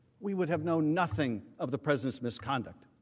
we would have no nothing of the presidents misconduct,